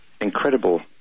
incredible